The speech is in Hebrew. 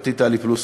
גברתי טלי פלוסקוב,